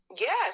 Yes